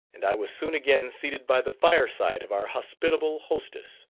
and i was soon again seated by the fireside of our hospitable hostess.